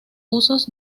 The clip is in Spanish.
usos